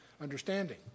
understanding